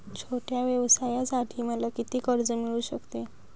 छोट्या व्यवसायासाठी मला किती कर्ज मिळू शकते?